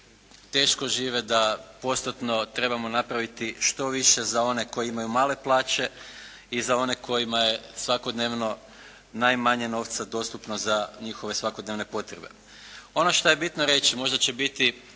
teško žive, da postotno trebamo napraviti što više za one koji imaju male plaće i za one kojima je svakodnevno najmanje novca dostupno za njihove svakodnevne potrebe. Ono šta je bitno reći možda će biti